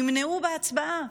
נמנעו בהצבעה.